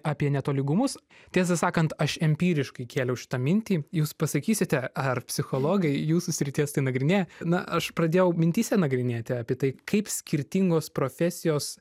apie netolygumus tiesą sakant aš empiriškai kėliau šitą mintį jūs pasakysite ar psichologai jūsų srities tai nagrinėja na aš pradėjau mintyse nagrinėti apie tai kaip skirtingos profesijos